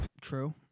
True